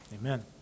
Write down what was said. Amen